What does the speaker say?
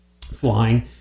flying